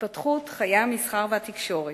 התפתחות חיי המסחר והתקשורת,